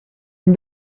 and